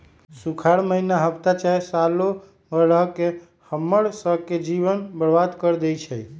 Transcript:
सुखार माहिन्ना हफ्ता चाहे सालों भर रहके हम्मर स के जीवन के बर्बाद कर देई छई